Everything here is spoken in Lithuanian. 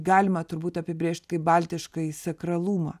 galima turbūt apibrėžt kaip baltiškąjį sakralumą